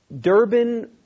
Durban